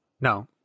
no